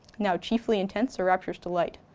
now chiefly intense or rapturous delight.